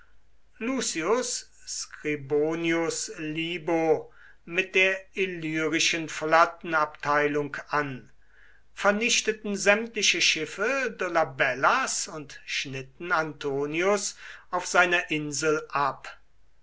scribonius libo mit der illyrischen flottenabteilung an vernichteten sämtliche schiffe dolabellas und schnitten antonius auf seiner insel ab